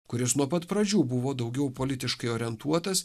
kuris nuo pat pradžių buvo daugiau politiškai orientuotas